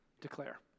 declare